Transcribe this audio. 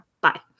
Bye